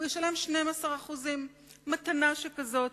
הוא ישלם 12%. מתנה שכזאת,